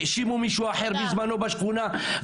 האשימו מישהו אחר בזמנו בשכונה,